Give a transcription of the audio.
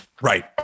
Right